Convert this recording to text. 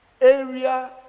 Area